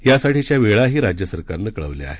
यासाठीच्या वेळाही राज्य सरकारनं कळवल्या आहेत